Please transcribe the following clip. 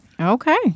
Okay